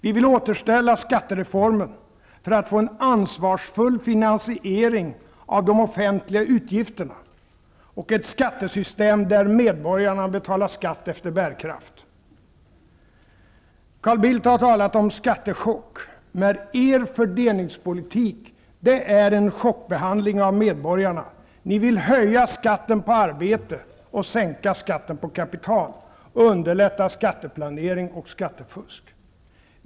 Vi vill återställa skattereformen för att få en ansvarsfull finansiering av de offentliga utgifterna och ett skattesystem där medborgarna betalar skatt efter bärkraft. Carl Bildt har talat om skattechock. Er fördelningspolitik innebär en chockbehandling av medborgarna. Ni vill höja skatten på arbete och sänka skatten på kapital, underlätta skatteplanering och skattefusk.